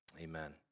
amen